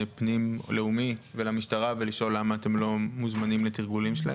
לאומי ולמשטרה ולשאול למה אתם לא מוזמנים לתרגולים שלהם.